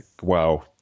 Wow